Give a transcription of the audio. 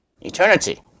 eternity